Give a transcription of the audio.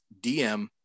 dm